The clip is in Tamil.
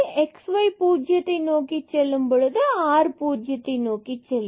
xy 0 நோக்கி செல்லும் பொழுது r பூஜ்ஜியம் o நோக்கி செல்லும்